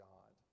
God